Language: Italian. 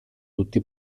tutti